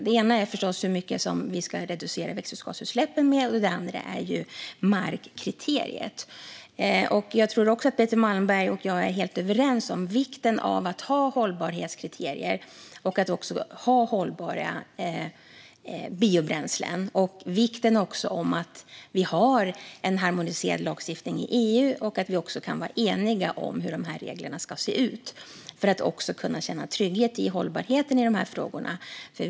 Det ena gäller förstås hur mycket vi ska reducera växthusgasutsläppen med. Det andra gäller markkriteriet. Jag tror att Betty Malmberg och jag är helt överens om vikten av att ha hållbarhetskriterier och av att ha hållbara biobränslen. Det handlar också om vikten av att vi har en harmoniserad lagstiftning i EU och att vi kan vara eniga om hur de reglerna ska se ut för att vi ska kunna känna trygghet i hållbarheten i dessa frågor.